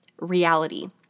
reality